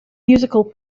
musical